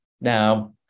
Now